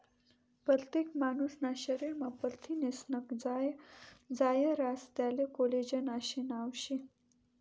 परतेक मानूसना शरीरमा परथिनेस्नं जायं रास त्याले कोलेजन आशे नाव शे